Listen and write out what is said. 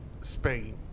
Spain